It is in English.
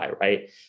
right